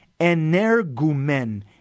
energumen